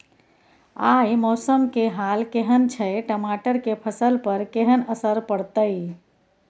आय मौसम के हाल केहन छै टमाटर के फसल पर केहन असर परतै?